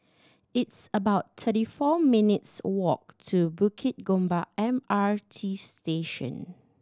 it's about thirty four minutes walk to Bukit Gombak M R T Station